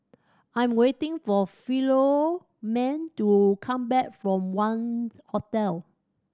I am waiting for Philomene to come back from Wangz Hotel